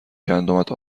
گندمت